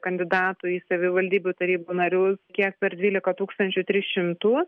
kandidatų į savivaldybių tarybų narius kiek per dvylika tūkstančių tris šimtus